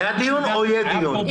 היה דיון או יהיה דיון?